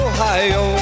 Ohio